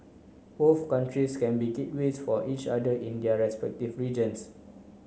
both countries can be gateways for each other in their respective regions